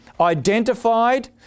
identified